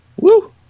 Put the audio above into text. Woo